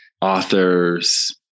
authors